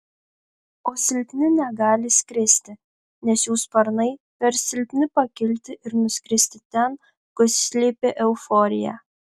o silpni negali skristi nes jų sparnai per silpni pakilti ir nuskristi ten kur slypi euforija